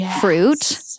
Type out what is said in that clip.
fruit